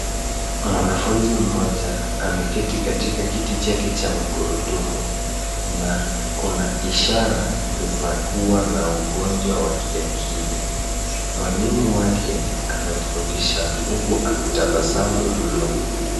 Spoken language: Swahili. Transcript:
Mwanafunzi mmoja ameketi katika kiti chake cha magurudumu, na kuna ishara za kua na ugonjwa wa kiakili. Mwalimu wake anamfundisha huku ametabasamu mno.